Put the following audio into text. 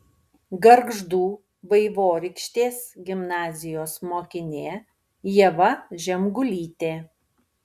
gargždų vaivorykštės gimnazijos mokinė ieva žemgulytė